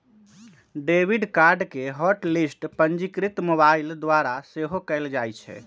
debit card के hot list पंजीकृत mobile द्वारा सेहो कएल जाइ छै